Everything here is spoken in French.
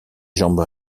jambes